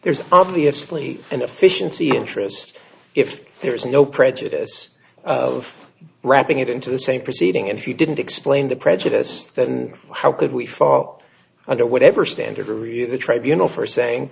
there's obviously an efficiency interest if there is no prejudice of wrapping it into the same proceeding and if you didn't explain the prejudice than how could we fall under whatever standard or review the tribunal for saying